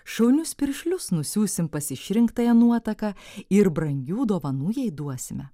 šaunius piršlius nusiųsim pas išrinktąją nuotaką ir brangių dovanų jai duosime